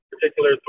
particular